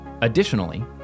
Additionally